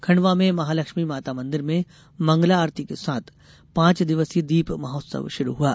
खंडवा में महालक्ष्मी माता मंदिर में मंगला आरती के साथ पांच दिवसीय दीप महोत्सव शुरू हुआ